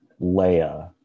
Leia